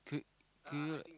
can we can you like